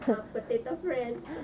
potato friends